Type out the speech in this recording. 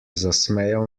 zasmejal